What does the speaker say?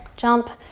jump,